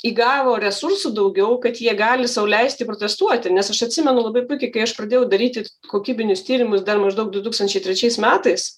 įgavo resursų daugiau kad jie gali sau leisti protestuoti nes aš atsimenu labai puikiai kai aš pradėjau daryti kokybinius tyrimus dar maždaug du tūkstančiai trečiais metais